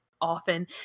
often